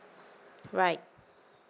right